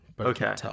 Okay